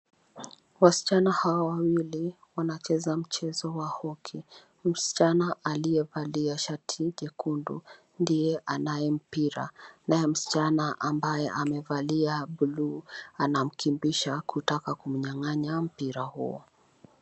Wasichana hawa wawili wanacheza mchezo wa hockey msichana aliyevalia shati jekundu ndiye anaye mpira naye msichana ambaye amevalia bluu anamkimbisha kutaka kumnyanganya mpira huo.